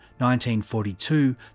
1942